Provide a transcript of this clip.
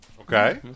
Okay